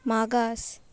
मागास